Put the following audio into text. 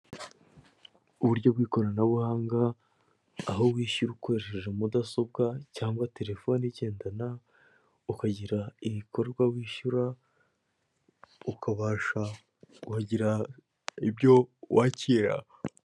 Uburyo bw'ikoranabuhanga aho wishyura ukoresheje mudasobwa cyangwa telefone igendanwa, ukagira ibikorwa wishyura ukabasha kugira ibyo wakira.